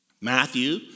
Matthew